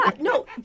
No